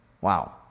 Wow